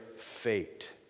fate